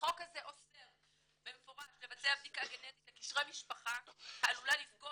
החוק הזה אוסר במפורש לבצע בדיקה גנטית לקשרי משפחה העלולה לפגוע